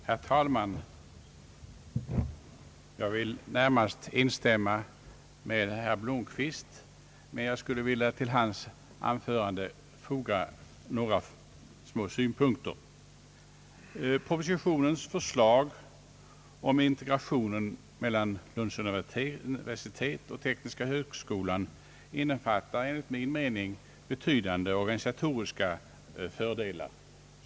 Herr talman! Jag vill närmast instämma med herr Blomquist, men jag vill till hans anförande foga några synpunkter. Propositionens förslag om integration mellan Lunds universitet och tekniska högskolan innefattar enligt min mening betydande organisatoriska fördelar.